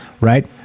right